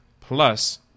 Plus